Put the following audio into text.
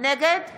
נגד